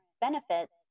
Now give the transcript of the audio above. benefits